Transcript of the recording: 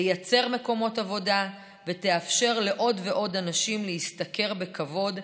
תייצר מקומות עבודה ותאפשר לעוד ועוד אנשים להשתכר בכבוד,